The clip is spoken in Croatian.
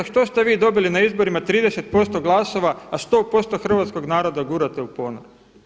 Što ste vi dobili na izborima 30% glasova, a 100% hrvatskog naroda gurate u ponor.